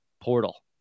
portal